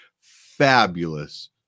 fabulous